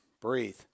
Breathe